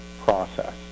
process